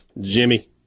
Jimmy